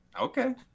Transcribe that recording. Okay